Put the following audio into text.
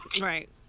Right